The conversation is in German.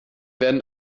werden